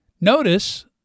Notice